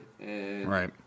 Right